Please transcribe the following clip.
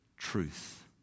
Truth